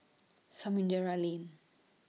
Samudera Lane